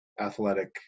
athletic